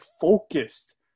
focused